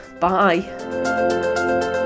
Bye